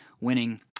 winning